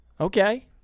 Okay